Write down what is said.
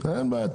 אין בעיה.